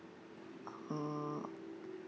uh